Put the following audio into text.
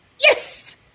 yes